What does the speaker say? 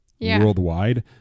worldwide